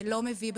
זה לא רלוונטי.